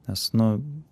nes nu